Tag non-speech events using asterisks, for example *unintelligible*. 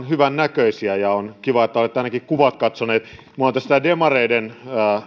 *unintelligible* hyvännäköisiä ja on kiva että olette ainakin kuvat katsoneet minulla on tässä tämä demareiden